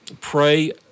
pray